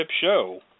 show